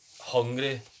hungry